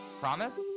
Promise